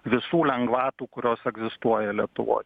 visų lengvatų kurios egzistuoja lietuvoj